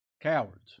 Cowards